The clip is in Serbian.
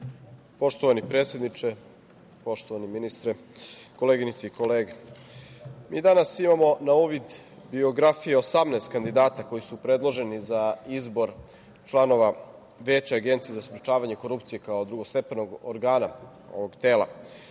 Hvala. Poštovani predsedniče, poštovani ministre, koleginice i kolege, mi danas imamo na uvid biografije 18 kandidata koji su predloženi za izbor članova Veća Agencije za sprečavanje korupcije kao drugostepenog organa ovog tela